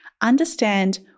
understand